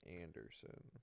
Anderson